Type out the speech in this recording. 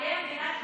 מאיים בנכבה שנייה?